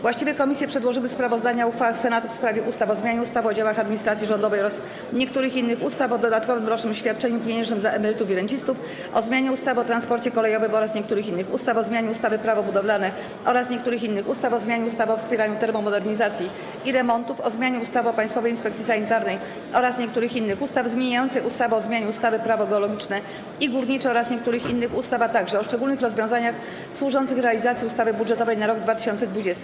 Właściwe komisje przedłożyły sprawozdania o uchwałach Senatu w sprawie ustaw: - o zmianie ustawy o działach administracji rządowej oraz niektórych innych ustaw, - o dodatkowym rocznym świadczeniu pieniężnym dla emerytów i rencistów, - o zmianie ustawy o transporcie kolejowym oraz niektórych innych ustaw, - o zmianie ustawy - Prawo budowlane oraz niektórych innych ustaw, - o zmianie ustawy o wspieraniu termomodernizacji i remontów, - o zmianie ustawy o Państwowej Inspekcji Sanitarnej oraz niektórych innych ustaw, - zmieniającej ustawę o zmianie ustawy - Prawo geologiczne i górnicze oraz niektórych innych ustaw, - o szczególnych rozwiązaniach służących realizacji ustawy budżetowej na rok 2020.